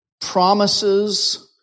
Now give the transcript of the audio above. promises